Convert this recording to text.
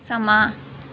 ਸਮਾਂ